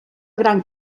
gran